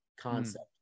concept